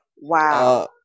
Wow